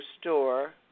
store